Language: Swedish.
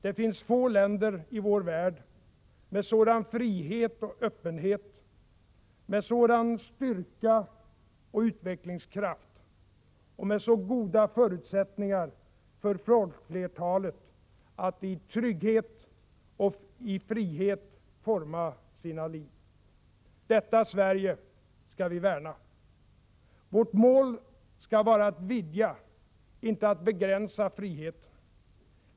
Det finns få länder i vår värld med sådan frihet och öppenhet, med sådan styrka och utvecklingskraft och med så goda förutsättningar för folkflertalet att i trygghet och i frihet forma sina liv. Detta Sverige skall vi värna. Vårt mål skall vara att vidga, inte begränsa friheten.